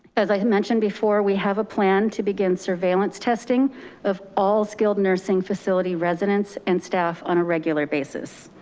as i had mentioned before, we have a plan to begin surveillance testing of all skilled nursing facility residents and staff on a regular basis.